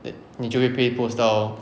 then 你就会被 post 到